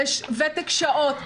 לוותק שעות,